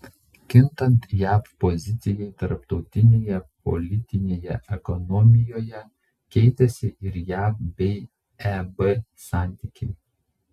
kintant jav pozicijai tarptautinėje politinėje ekonomijoje keitėsi ir jav bei eb santykiai